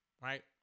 right